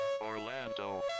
Orlando